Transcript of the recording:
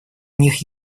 них